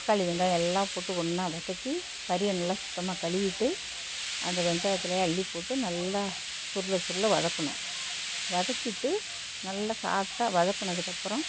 தக்காளி வெங்காயம் எல்லாம் போட்டு ஒன்றா வதக்கி கறியை நல்லா சுத்தமாக கழுவிட்டு அத வெங்காயத்துலேயே அள்ளிப்போட்டு நல்லா சுருள சுருள வதக்கணும் வதக்கிட்டு நல்ல சாஃப்டாக வதக்குனதுக்கப்புறம்